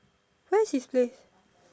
where's his place